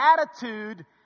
attitude